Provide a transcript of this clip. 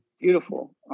beautiful